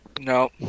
No